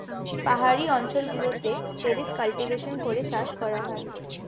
পাহাড়ি অঞ্চল গুলোতে টেরেস কাল্টিভেশন করে চাষ করা হয়